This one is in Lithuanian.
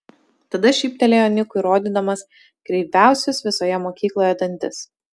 tada šyptelėjo nikui rodydamas kreiviausius visoje mokykloje dantis